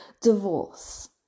divorce